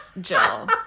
jill